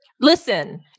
Listen